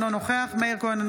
אינו נוכח מאיר כהן,